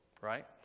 right